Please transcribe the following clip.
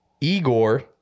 Igor